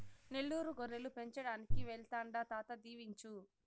నెల్లూరు గొర్రెలు పెంచడానికి వెళ్తాండా తాత దీవించు